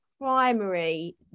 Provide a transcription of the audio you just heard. primary